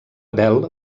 bell